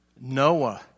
Noah